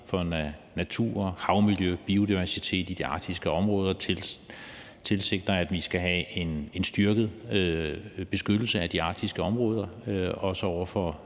til naturen, havmiljøet og biodiversiteten i de arktiske områder, tilsiger, at vi skal have en styrket beskyttelse af de arktiske områder, også hvad